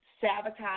sabotage